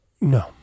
no